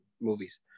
movies